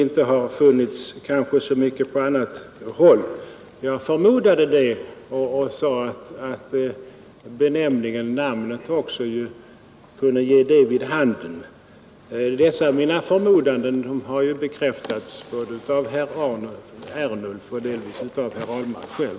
Jag förmodade som sagt detta och sade att också benämningen på filmen kunde ge vid handen att så var fallet. Dessa mina förmodanden har ju bekräftats av herr Ernulf och delvis även av herr Ahlmark själv.